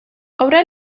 obra